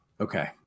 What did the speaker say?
Okay